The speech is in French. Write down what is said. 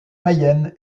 mayenne